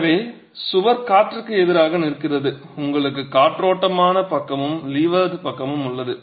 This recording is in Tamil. எனவே சுவர் காற்றுக்கு எதிராக நிற்கிறது உங்களுக்கு காற்றோட்டமான பக்கமும் லீவர்ட் பக்கமும் உள்ளது